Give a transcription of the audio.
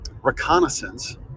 reconnaissance